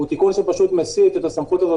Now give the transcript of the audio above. הוא תיקון שפשוט מסיט את הסמכות הזאת